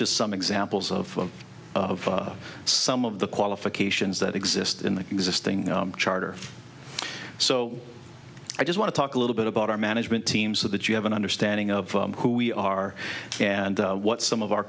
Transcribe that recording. just some examples of of some of the qualifications that exist in the existing charter so i just want to talk a little bit about our management team so that you have an understanding of who we are and what some of our